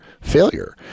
failure